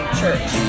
church